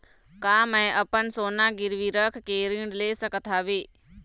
का मैं अपन सोना गिरवी रख के ऋण ले सकत हावे?